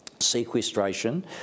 sequestration